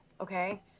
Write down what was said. okay